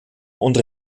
und